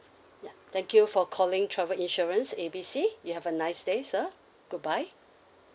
ya thank you for calling travel insurance A B C you have a nice day sir goodbye